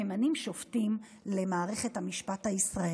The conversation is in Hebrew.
וממנים שופטים למערכת המשפט הישראלית.